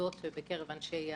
טיוטות בקרב אנשי המקצוע.